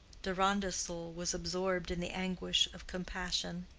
deronda's soul was absorbed in the anguish of compassion.